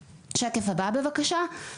ויש התחייבות לתיקונים של הליקויים של האונייה,